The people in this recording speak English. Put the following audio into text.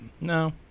No